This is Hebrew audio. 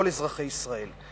כל אזרחי ישראל.